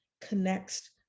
connects